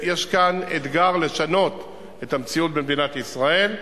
יש כאן אתגר לשנות את המציאות במדינת ישראל,